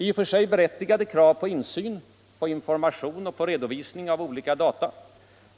I och för sig berättigade krav på insyn, på information och på redovisning av olika data